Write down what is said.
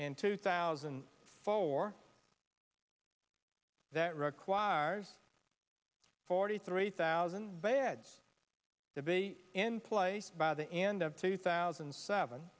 in two thousand and four that require r s forty three thousand beds to be in place by the end of two thousand and seven